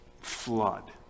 flood